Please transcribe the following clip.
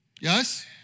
Yes